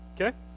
Okay